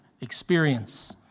experience